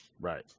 Right